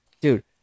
Dude